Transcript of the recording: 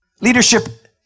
Leadership